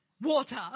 water